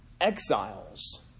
exiles